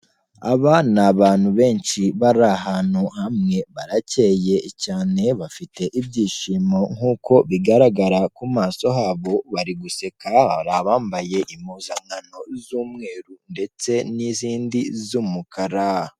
Aba n'abantu benshi bari ahantu hamwe, baracyeye cyane bafite ibyishimo nkuko bigaragara ku maso habo, bari guseka hari abambaye impuzankano z'umweru ndetse n'izindi z'umukara.